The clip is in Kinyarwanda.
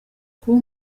kuba